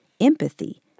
empathy